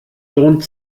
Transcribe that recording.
lohnt